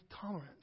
tolerance